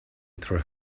through